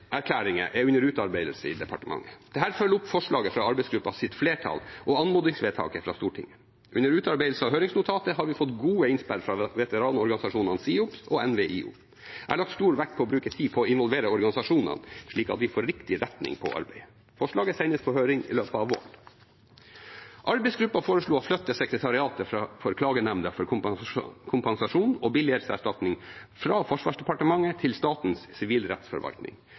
er under utarbeidelse i departementet. Dette følger opp forslaget fra arbeidsgruppens flertall og anmodningsvedtaket fra Stortinget. Under utarbeidelse av høringsnotatet har vi fått gode innspill fra veteranorganisasjonene SIOPS og NVIO. Jeg har lagt stor vekt på å bruke tid på å involvere organisasjonene, slik at vi får riktig retning på arbeidet. Forslaget sendes på høring i løpet av våren. Arbeidsgruppen foreslo å flytte sekretariatet for klagenemnda for kompensasjon og billighetserstatning fra Forsvarsdepartementet til Statens sivilrettsforvaltning.